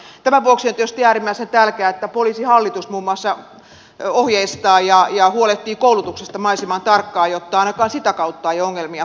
tämän vuoksi on tietysti äärimmäisen tärkeää että poliisihallitus muun muassa ohjeistaa ja huolehtii koulutuksesta mahdollisimman tarkkaan jotta ainakaan sitä kautta ei ongelmia tulisi